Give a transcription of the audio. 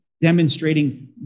demonstrating